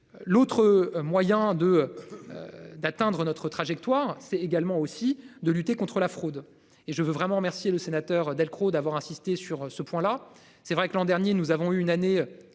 L'autre moyen de. D'atteindre notre trajectoire. C'est également aussi de lutter contre la fraude et je veux vraiment remercier le sénateur Delcros d'avoir insisté sur ce point là c'est vrai que l'an dernier nous avons eu une année.